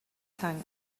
tank